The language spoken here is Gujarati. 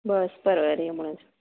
બસ પરવારી હમણાં જ